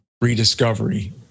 rediscovery